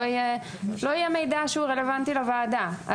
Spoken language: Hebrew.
לא יהיה מידע שהוא רלוונטי לוועדה.